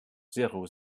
zéro